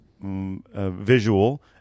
visual